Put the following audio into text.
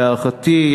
להערכתי,